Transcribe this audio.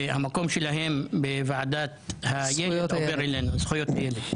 והמקום שלהם בוועדה לזכויות הילד עובר אלינו.